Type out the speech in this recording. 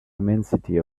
immensity